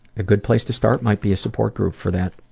a good place to start might be a support group for that,